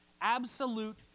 Absolute